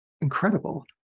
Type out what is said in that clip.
incredible